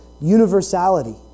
universality